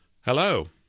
Hello